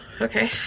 okay